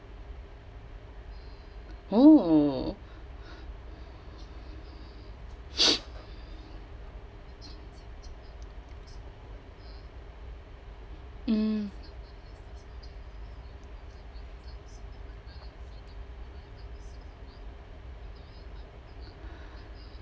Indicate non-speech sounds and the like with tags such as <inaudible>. oh <noise> mm